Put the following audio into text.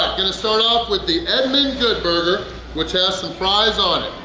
going to start off with the edmond good burger which has some fries on it.